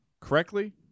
Correctly